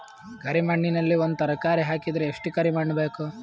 ಕರಿ ಮಣ್ಣಿನಲ್ಲಿ ಒಂದ ತರಕಾರಿ ಹಾಕಿದರ ಎಷ್ಟ ಕರಿ ಮಣ್ಣು ಬೇಕು?